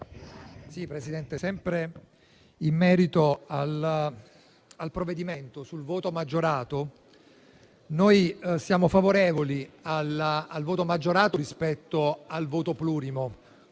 Presidente, sempre in merito al provvedimento sul voto maggiorato, noi siamo favorevoli al voto maggiorato rispetto al voto plurimo,